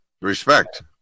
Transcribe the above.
Respect